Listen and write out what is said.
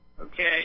okay